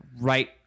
right